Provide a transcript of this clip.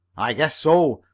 i guess so,